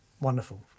wonderful